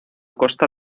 costa